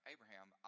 Abraham